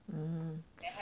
mm